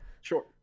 Sure